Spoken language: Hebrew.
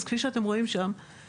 כפי שאתם רואים במצגת.